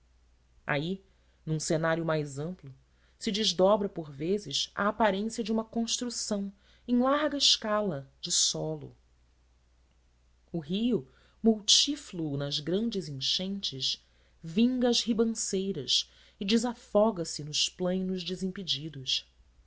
aí num cenário mais amplo se desdobra por vezes a aparência de uma construção em larga escala de solo o rio multífluo nas grandes enchentes vinga as ribanceiras e desafoga se nos plainos desimpedidos